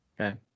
Okay